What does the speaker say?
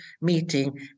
meeting